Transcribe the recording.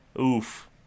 oof